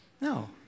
No